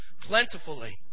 Plentifully